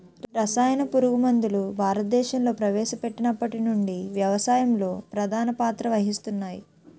రసాయన పురుగుమందులు భారతదేశంలో ప్రవేశపెట్టినప్పటి నుండి వ్యవసాయంలో ప్రధాన పాత్ర వహిస్తున్నాయి